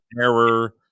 error